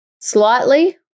slightly